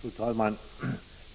Fru talman!